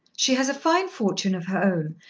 she has a fine fortune of her own,